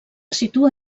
situa